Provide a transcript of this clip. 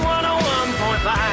101.5